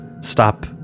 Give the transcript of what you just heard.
stop